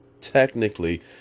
technically